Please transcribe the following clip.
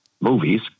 movies